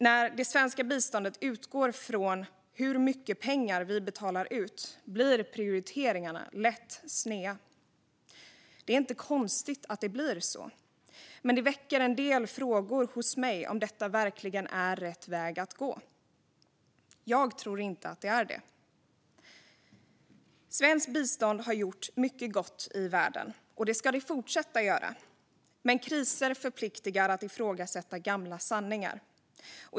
När det svenska biståndet utgår från hur mycket pengar vi betalar ut blir prioriteringarna lätt sneda. Det är inte konstigt att det blir så, men det väcker en del frågor hos mig om huruvida detta verkligen är rätt väg att gå. Jag tror inte att det är det. Svenskt bistånd har gjort mycket gott i världen, och det ska det fortsätta att göra. Men kriser förpliktar att ifrågasätta gamla sanningar.